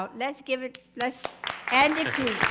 ah let's give it let's andy